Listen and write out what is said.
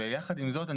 יחד עם זאת,